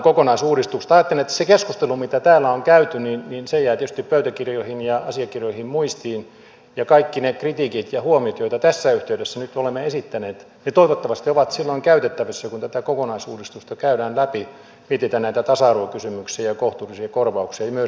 ajattelen että se keskustelu mitä täällä on käyty jää tietysti pöytäkirjoihin ja asiakirjoihin muistiin ja kaikki ne kritiikit ja huomiot joita tässä yhteydessä nyt olemme esittäneet toivottavasti ovat silloin käytettävissä kun tätä kokonaisuudistusta käydään läpi mietitään näitä tasa arvokysymyksiä ja kohtuullisia korvauksia ja myös niitä resursseja joita on silloin käytettävissä